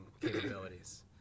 capabilities